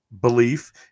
belief